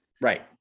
Right